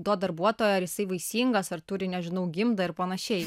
to darbuotojo ar jisai vaisingas ar turi nežinau gimdą ir panašiai